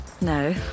No